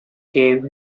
gave